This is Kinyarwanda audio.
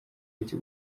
iti